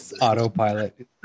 Autopilot